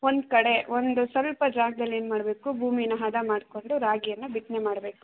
ಒಂದು ಕಡೆ ಒಂದು ಸ್ವಲ್ಪ ಜಾಗದಲ್ಲಿ ಏನು ಮಾಡಬೇಕು ಭೂಮಿನ ಹದ ಮಾಡಿಕೊಂಡು ರಾಗಿಯನ್ನು ಬಿತ್ತನೆ ಮಾಡಬೇಕು